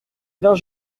vingt